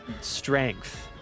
strength